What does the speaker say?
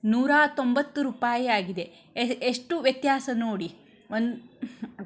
ನೂರಾ ತೊಂಬತ್ತು ರೂಪಾಯಿ ಆಗಿದೆ ಎಷ್ಟು ವ್ಯತ್ಯಾಸ ನೋಡಿ ಒಂದು